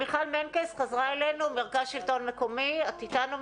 מיכל מנקס, מרכז שלטון מקומי, חזרה אלינו?